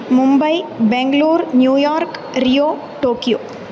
Mumbai Bengaluru New York Rio Tokyo